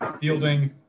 fielding